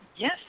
Yes